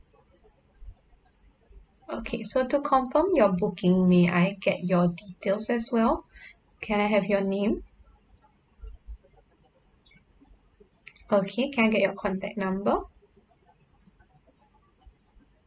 okay so to confirm your booking may I get your details as well can I have your name okay can I get your contact number